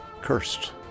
cursed